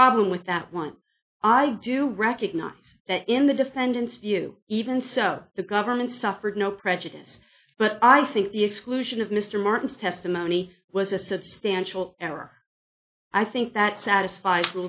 problem with that one i do recognize that in the defendant's view even so the government suffered no prejudice but i think the exclusion of mr martin's testimony was a substantial error i think that satisfie